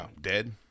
Dead